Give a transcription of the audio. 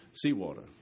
seawater